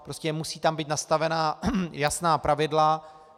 Prostě tam musí být nastavena jasná pravidla.